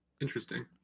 interesting